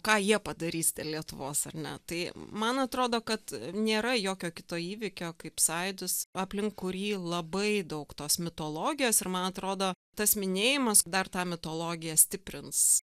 ką jie padarys dėl lietuvos ar ne tai man atrodo kad nėra jokio kito įvykio kaip sąjūdis aplink kurį labai daug tos mitologijos ir man atrodo tas minėjimas dar tą mitologiją stiprins